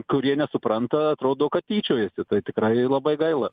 kurie nesupranta atrodo kad tyčiojasi tai tikrai labai gaila